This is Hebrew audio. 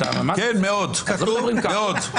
כן, מאוד, מאוד.